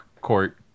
court